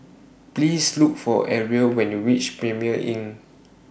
Please Look For Arvil when YOU REACH Premier Inn